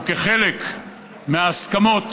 כחלק מההסכמות